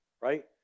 right